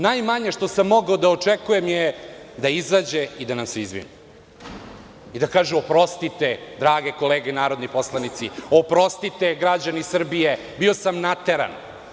Najmanje što sam mogao da očekujem je da izađe i da nam se izvini, i da kaže oprostite drage kolege narodni poslanici, oprostite građani Srbije bio sam nateran.